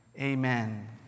Amen